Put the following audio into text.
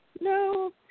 no